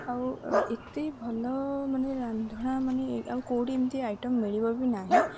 ଆଉ ଏତେ ଭଲ ମାନେ ରାନ୍ଧଣା ମାନେ ଆଉ କେଉଁଠି ଏମିତି ଆଇଟମ୍ ମିଳିବ ବି ନାହିଁ